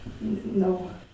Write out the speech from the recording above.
no